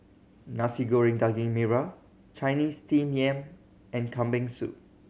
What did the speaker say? Nasi Goreng Daging Merah Chinese Steamed Yam and Kambing Soup